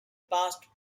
passed